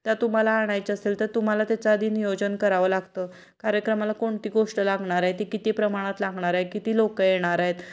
त्या तुम्हाला आणायच्या असेल तर तुम्हाला त्याचं आधी नियोजन करावं लागतं कार्यक्रमाला कोणती गोष्ट लागणार आहे ती किती प्रमाणात लागणार आहे किती लोकं येणार आहेत